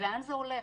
לאן זה הולך?